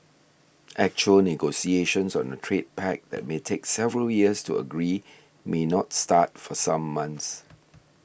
actual negotiations on a trade pact that may take several years to agree may not start for some months